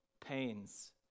pains